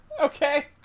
Okay